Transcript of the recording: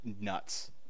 nuts